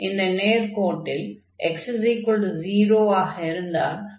இந்த நேர்க்கோட்டில் x0 ஆக இருந்தால் y3a ஆக இருக்கும்